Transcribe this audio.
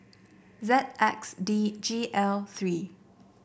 Z X D G L three